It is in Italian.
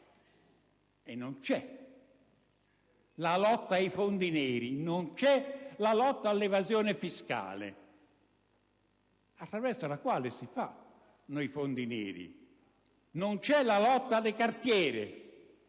Non c'è la lotta ai fondi neri; non c'è la lotta all'evasione fiscale, attraverso la quale si creano i fondi neri, né c'è la lotta alle cartiere,